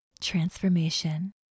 Transformation